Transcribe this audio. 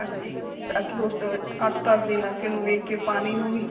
ਹਾਂਜੀ ਬਾਕੀ ਉਸ ਤੋਂ ਆਸ ਪਾਸ ਦੇ ਇਲਾਕੇ ਨੂੰ ਵੇਖ ਕੇ ਪਾਣੀ ਨੂੰ ਵੀ